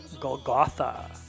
golgotha